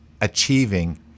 achieving